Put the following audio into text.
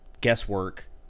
guesswork